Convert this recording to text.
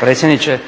predsjedniče.